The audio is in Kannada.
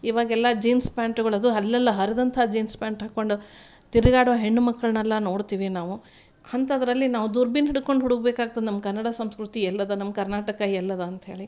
ಇವಾಗೆಲ್ಲ ಜಿನ್ಸ್ ಪ್ಯಾಂಟುಗಳದ್ದು ಅಲ್ಲೆಲ್ಲ ಹರಿದಂಥ ಜಿನ್ಸ್ ಪ್ಯಾಂಟ್ ಹಾಕ್ಕೊಂಡು ತಿರುಗಾಡುವ ಹೆಣ್ಣು ಮಕ್ಕಳನ್ನೆಲ್ಲ ನೋಡ್ತಿವಿ ನಾವು ಅಂಥದ್ರಲ್ಲಿ ನಾವು ದುರ್ಬಿನ್ ಹಿಡ್ಕೊಂಡು ಹುಡುಕಬೇಕಾಗ್ತದ್ ನಮ್ಮ ಕನ್ನಡ ಸಂಸ್ಕೃತಿ ಎಲ್ಲದ ನಮ್ಮ ಕರ್ನಾಟಕ ಎಲ್ಲದ ಅಂತೇಳಿ